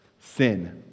Sin